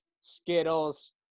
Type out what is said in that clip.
Skittles